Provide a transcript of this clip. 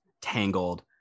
tangled